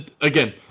again